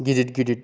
गिदिर गिदिर